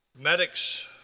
Medics